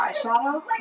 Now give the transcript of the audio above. Eyeshadow